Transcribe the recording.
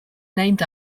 named